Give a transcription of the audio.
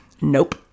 Nope